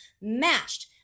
matched